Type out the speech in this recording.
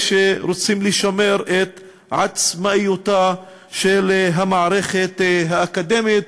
שרוצים לשמר את עצמאותה של המערכת האקדמית.